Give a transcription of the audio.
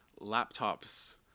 laptops